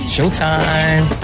Showtime